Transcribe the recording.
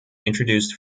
introduced